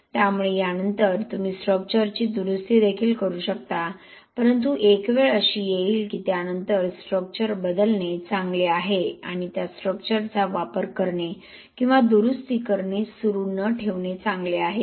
त्यामुळे यानंतर तुम्ही स्ट्रक्चरची दुरुस्ती देखील करू शकता परंतु एक वेळ अशी येईल की त्या नंतर स्ट्रक्चर बदलणे चांगले आहे आणि त्या स्ट्रक्चरचा वापर करणे किंवा दुरुस्ती करणे सुरू न ठेवणे चांगले आहे